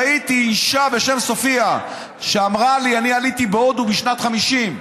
ראיתי אישה בשם סופיה והיא אמרה לי: אני עליתי מהודו בשנת 1950,